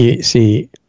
see